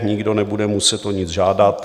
Nikdo nebude muset o nic žádat.